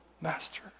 master